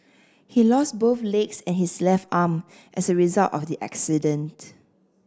he lost both legs and his left arm as a result of the accident